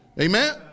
Amen